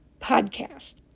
podcast